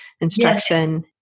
instruction